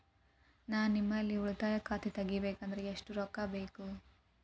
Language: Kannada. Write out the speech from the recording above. ನಾ ನಿಮ್ಮಲ್ಲಿ ಉಳಿತಾಯ ಖಾತೆ ತೆಗಿಬೇಕಂದ್ರ ಎಷ್ಟು ರೊಕ್ಕ ಬೇಕು?